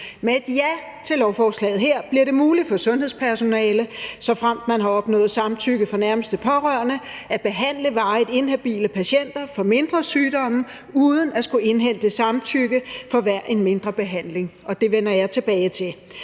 Med et ja til lovforslaget her bliver det muligt for sundhedspersonale, såfremt man har opnået samtykke fra nærmeste pårørende, at behandle varigt inhabile patienter for mindre sygdomme uden at skulle indhente samtykke for hver en mindre behandling. Det vender jeg tilbage til.